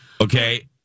Okay